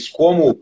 como